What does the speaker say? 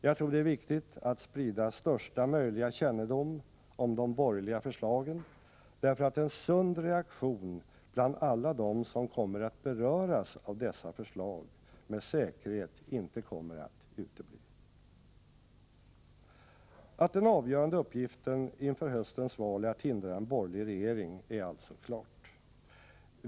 Jag tror det är viktigt att sprida största möjliga kännedom om de borgerliga förslagen därför att en sund reaktion bland alla dem som kommer att beröras av dessa förslag med säkerhet inte kommer att utebli. Att den avgörande uppgiften inför höstens val är att hindra en borgerlig regering är alltså klart.